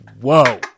Whoa